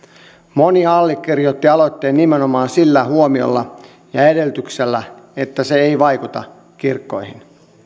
moni allekirjoitti aloitteen nimenomaan sillä huomiolla ja edellytyksellä että se ei vaikuta kirkkoihin